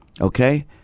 okay